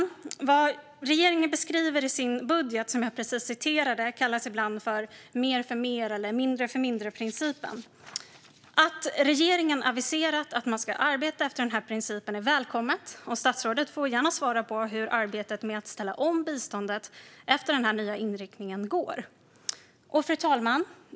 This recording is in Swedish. Det som regeringen beskriver i sin budget, som jag precis citerade, kallas ibland mer-för-mer eller mindre-för-mindre-principen. Att regeringen har aviserat att man ska arbeta efter den principen är välkommet. Statsrådet får gärna svara på hur arbetet går med att ställa om biståndet efter denna nya inriktning.